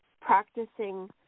practicing